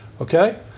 Okay